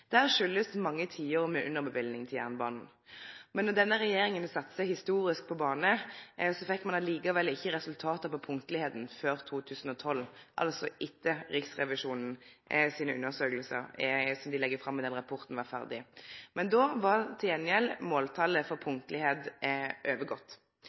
Men når denne regjeringa satsar historisk på bane, fekk ein likevel ikkje resultat i punktlegskapen før i 2012, altså etter at Riksrevisjonen sine undersøkingar, som dei legg fram i denne rapporten, var ferdige. Men då var til gjengjeld måltalet for